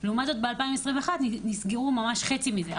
לעומת זאת ב-2021 נסגרו ממש חצי מזה,